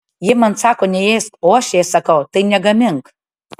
ji man sako neėsk o aš jai sakau tai negamink